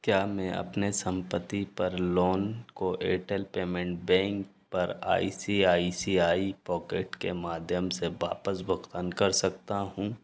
क्या में अपने संपत्ति पर लोन को एयरटेल पेमेन बैंक पर I C I C I pocket के माध्यम से वापस भुगतान कर सकता हूँ